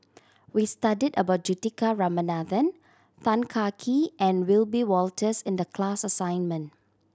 we studied about Juthika Ramanathan Tan Kah Kee and Wiebe Wolters in the class assignment